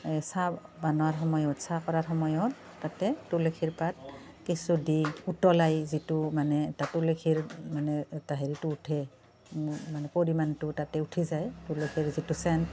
চাহ বনোৱাৰ সময়ত চাহ কৰা সময়ত তাতে তুলসীৰ পাত কিছু দি উতলাই যিটো মানে এটা তুলসীৰ মানে এটা হেৰিটো উঠে মানে পৰিমাণটো তাতে উঠি যায় তুলসীৰ যিটো চেণ্ট